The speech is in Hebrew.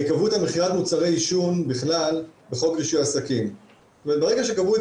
הרי קבעו את מכירת מוצרי עישון בכלל בחוק רישוי עסקים וברגע שקבעו את